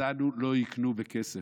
אותנו לא יקנו בכסף.